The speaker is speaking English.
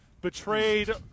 betrayed